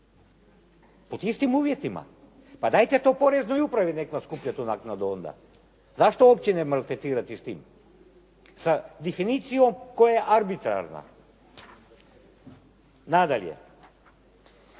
pod istim uvjetima. Pa dajte to poreznoj upravi nek vam skuplja tu naknadu onda. Zašto općine maltretirati s tim? Sa definicijom koja je arbitrarna. Nadalje,